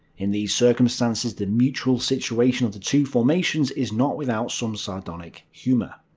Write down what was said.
in these circumstances the mutual situation of the two formations is not without some sardonic humour.